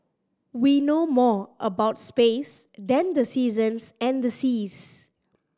we know more about space than the seasons and the seas